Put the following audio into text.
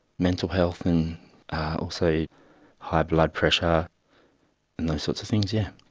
mental health and also high blood pressure and those sorts of things, yeah.